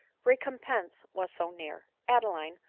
recompense was so near. adeline